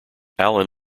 allen